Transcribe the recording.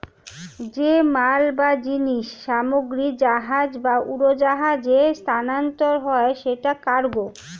যে মাল বা জিনিস সামগ্রী জাহাজ বা উড়োজাহাজে স্থানান্তর হয় সেটা কার্গো